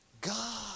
God